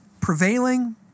prevailing